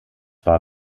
war